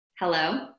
hello